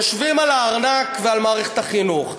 יושבים על הארנק ועל מערכת החינוך.